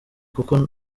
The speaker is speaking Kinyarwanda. kuko